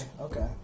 okay